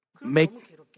make